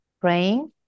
praying